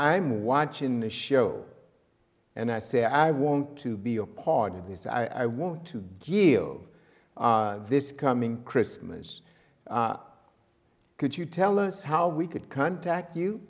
i'm watching the show and i say i want to be a part of this i want to do you this coming christmas could you tell us how we could contact you